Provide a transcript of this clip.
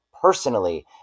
personally